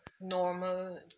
normal